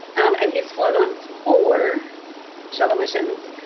and he's flown on four shuttle missions,